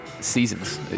seasons